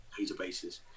databases